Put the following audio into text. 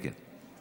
כן, כן.